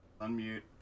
Unmute